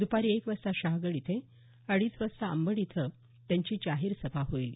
दुपारी एक वाजता शहागड इथं अडीच वाजता अंबड इथं त्यांची जाहीर सभा होईल